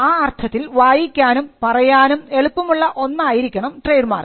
ആ അർത്ഥത്തിൽ വായിക്കാനും പറയാനും എളുപ്പമുള്ള ഒന്നായിരിക്കണം ട്രേഡ് മാർക്ക്